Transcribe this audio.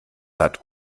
hat